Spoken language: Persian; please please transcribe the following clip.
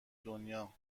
دنیا